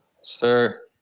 sir